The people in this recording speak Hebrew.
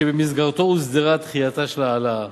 שבמסגרתו הוסדרה דחייתה של ההעלאה,